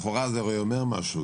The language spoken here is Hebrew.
לכאורה זה הרי אומר משהו,